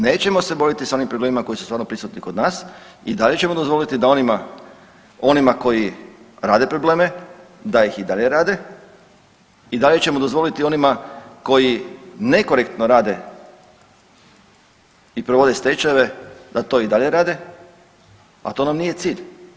Nećemo se boriti s onim problemima koji su stvarno prisutni kod nas i dalje ćemo dozvoliti da onima koji rade probleme da ih i dalje rade i dalje ćemo dozvoliti onima koji nekorektno rade i provode stečajeve da to i dalje rade, a to nam nije cilj.